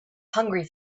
hungry